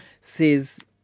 says